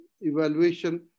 evaluation